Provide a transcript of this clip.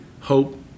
hope